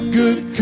good